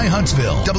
Huntsville